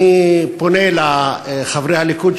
אני פונה לחברי הליכוד,